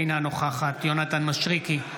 אינה נוכחת יונתן מישרקי,